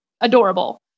adorable